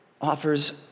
offers